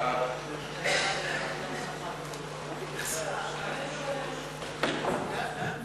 את הצעת חוק הביטוח הלאומי (תיקון מס' 144) (הודעה לחייל משוחרר),